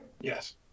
yes